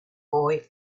boy